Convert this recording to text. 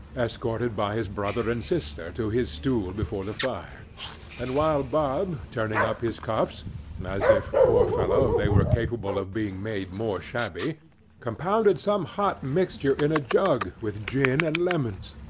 escorted by his brother and sister to his stool before the fire and while bob, turning up his cuffs as if, poor fellow, they were capable of being made more shabby compounded some hot mixture in a jug with gin and lemons,